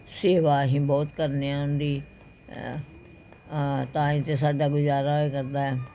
ਸੇਵਾ ਅਸੀਂ ਬਹੁਤ ਕਰਦੇ ਹਾਂ ਉਹਨਾਂ ਦੀ ਤਾਹੀਂ ਤਾਂ ਸਾਡਾ ਗੁਜਾਰਾ ਹੋਇਆ ਕਰਦਾ ਹੈ